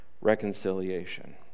reconciliation